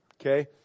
Okay